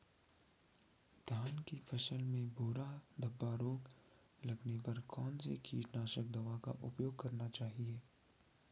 धान की फसल में भूरा धब्बा रोग लगने पर कौन सी कीटनाशक दवा का उपयोग करना चाहिए?